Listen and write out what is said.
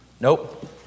Nope